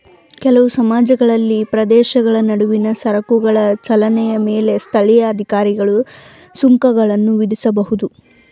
ಕೆಲವು ಸಮಾಜಗಳಲ್ಲಿ ಪ್ರದೇಶಗಳ ನಡುವಿನ ಸರಕುಗಳ ಚಲನೆಯ ಮೇಲೆ ಸ್ಥಳೀಯ ಅಧಿಕಾರಿಗಳು ಸುಂಕಗಳನ್ನ ವಿಧಿಸಬಹುದು